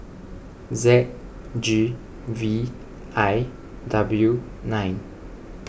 Z G V I W nine